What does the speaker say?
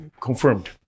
confirmed